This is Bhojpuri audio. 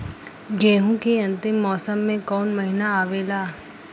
गेहूँ के अंतिम मौसम में कऊन महिना आवेला?